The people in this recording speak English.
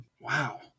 Wow